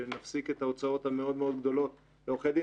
שנפסיק את ההוצאות הגדולות מאוד לעורכי דין,